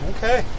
Okay